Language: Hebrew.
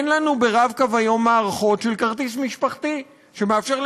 אין לנו ב"רב-קו" היום מערכות של כרטיס משפחתי שמאפשרות